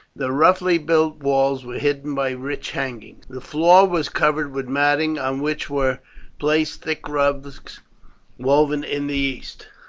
the roughly built walls were hidden by rich hangings. the floor was covered with matting, on which were placed thick rugs woven in the east.